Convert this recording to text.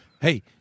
Hey